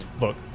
Look